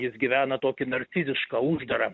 jis gyvena tokį narcizišką uždarą